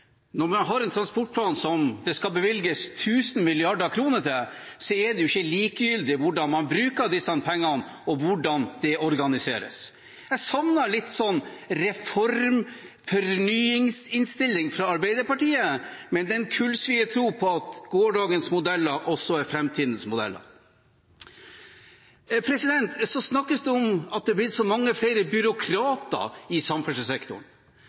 når man har en transportplan som det skal bevilges tusen milliarder kroner til, er det jo ikke likegyldig hvordan man bruker disse pengene, og hvordan det organiseres. Jeg savner en reform-/fornyingsinnstilling fra Arbeiderpartiet, som har en kullsviertro på at gårsdagens modeller også er framtidens modeller. Så snakkes det om at det er blitt så mange flere byråkrater i samferdselssektoren.